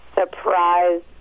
surprise